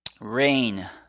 Rain